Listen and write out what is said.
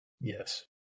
Yes